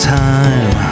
time